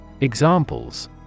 Examples